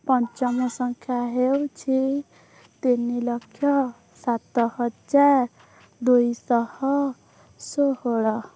ପଞ୍ଚମ ସଂଖ୍ୟା ହେଉଛି ତିନିଲକ୍ଷ ସାତ ହଜାର ଦୁଇଶହ ଷୋହଳ